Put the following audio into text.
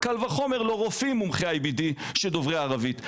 קל וחומר לא רופאים מומחי IBD דוברי ערבית.